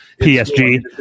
PSG